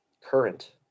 current